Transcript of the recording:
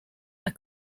are